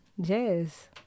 Jazz